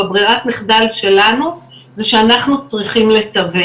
בברירת מחדל שלנו זה שאנחנו צריכים לתווך,